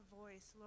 voice